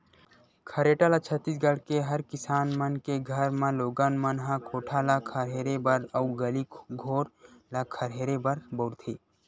खरेटा ल छत्तीसगढ़ के हर किसान मन के घर म लोगन मन ह कोठा ल खरहेरे बर अउ गली घोर ल खरहेरे बर बउरथे